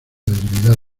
debilidad